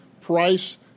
price